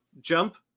jump